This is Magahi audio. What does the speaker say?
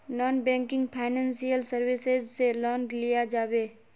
नॉन बैंकिंग फाइनेंशियल सर्विसेज से लोन लिया जाबे?